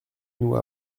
nous